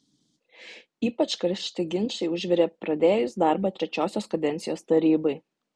ypač karšti ginčai užvirė pradėjus darbą trečiosios kadencijos tarybai